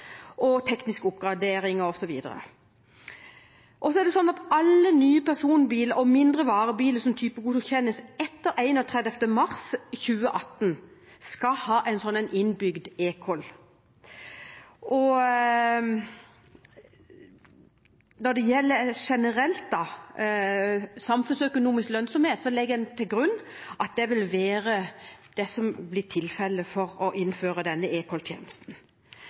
tekniske oppgraderinger osv. Alle nye personbiler og mindre varebiler som typegodkjennes etter 31. mars 2018, skal ha innebygd eCall. Når det generelt gjelder samfunnsøkonomisk lønnsomhet, legger en til grunn at innføring av eCall-tjenesten vil være samfunnsøkonomisk lønnsomt. Det er egentlig ikke noe mer å